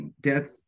death